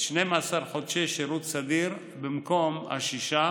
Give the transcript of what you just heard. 12 חודשי שירות סדיר במקום השישה